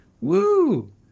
Woo